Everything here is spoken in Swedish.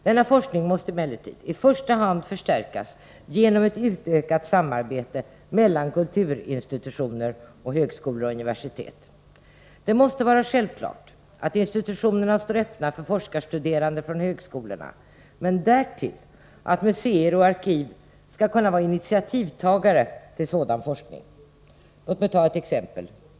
Denna forskning måste emellertid i första hand förstärkas genom ett utökat samarbete mellan kulturinstitutioner och högskolor och universitet. Det måste vara självklart att institutionerna står öppna för forskningsstuderande från högskolorna, men därtill att museer och arkiv skall kunna vara initiativtagare till sådan forskning. Låt mig ta ett exempel.